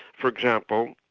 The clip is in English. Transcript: for example,